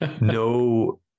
no